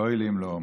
ואוי לי אם לא אומר.